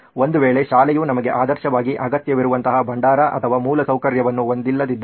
ಒಂದು ವೇಳೆ ಶಾಲೆಯು ನಮಗೆ ಆದರ್ಶವಾಗಿ ಅಗತ್ಯವಿರುವಂತಹ ಭಂಡಾರ ಅಥವಾ ಮೂಲಸೌಕರ್ಯವನ್ನು ಹೊಂದಿಲ್ಲದಿದ್ದರೆ